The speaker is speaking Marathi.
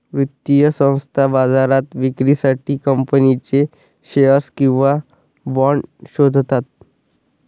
वित्तीय संस्था बाजारात विक्रीसाठी कंपनीचे शेअर्स किंवा बाँड शोधतात